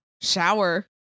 shower